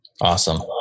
Awesome